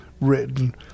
written